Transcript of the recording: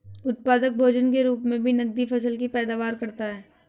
उत्पादक भोजन के रूप मे भी नकदी फसल की पैदावार करता है